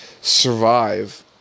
survive